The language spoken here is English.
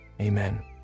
amen